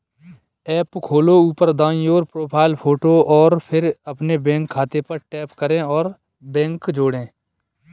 app खोलो, ऊपर दाईं ओर, प्रोफ़ाइल फ़ोटो और फिर अपने बैंक खाते पर टैप करें और बैंक जोड़ें